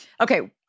okay